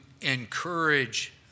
encourage